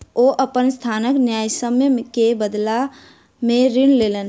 ओ अपन संस्थानक न्यायसम्य के बदला में ऋण लेलैन